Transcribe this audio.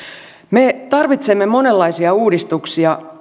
me tarvitsemme monenlaisia uudistuksia